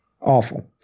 Awful